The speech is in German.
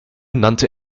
nannte